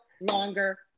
longer